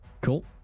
Cool